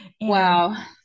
Wow